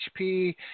HP